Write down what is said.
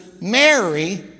Mary